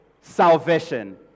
salvation